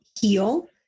heal